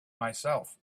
myself